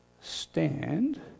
stand